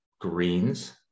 greens